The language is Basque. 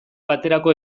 baterako